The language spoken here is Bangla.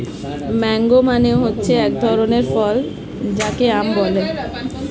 ম্যাংগো মানে হচ্ছে এক ধরনের ফল যাকে আম বলে